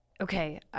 okay